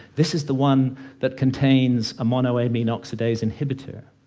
this is the one that contains a monoaminoxydase inhibitor,